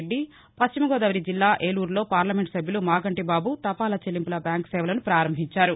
రెడ్డి పశ్చిమ గోదావరి జిల్లా ఏలూరులో పార్లమెంట్ సభ్యులు మాగంటి బాబు తపాలా చెల్లింపుల బ్యాంక్ సేవలను ప్రపారంభించారు